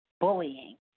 bullying